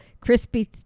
Crispy